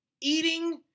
eating